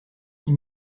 six